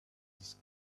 this